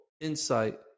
insight